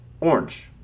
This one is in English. Orange